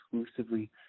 exclusively